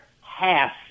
half